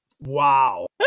Wow